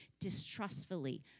distrustfully